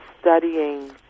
studying